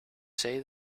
say